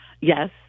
Yes